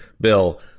Bill